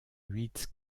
huit